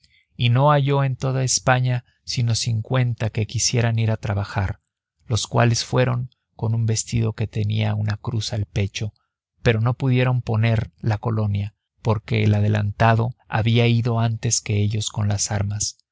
y no halló en toda españa sino cincuenta que quisieran ir a trabajar los cuales fueron con un vestido que tenía una cruz al pecho pero no pudieron poner la colonia porque el adelantado había ido antes que ellos con las armas